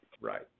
right